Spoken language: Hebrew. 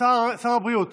שר הבריאות